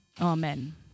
Amen